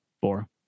Four